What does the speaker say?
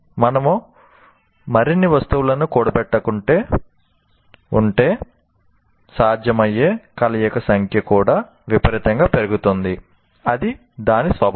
మనము మరిన్ని వస్తువులను కూడబెట్టుకుంటూ ఉంటే సాధ్యమయ్యే కలయికల సంఖ్య కూడా విపరీతంగా పెరుగుతుంది అది దాని స్వభావం